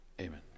Amen